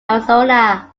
arizona